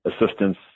assistance